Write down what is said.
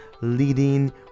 leading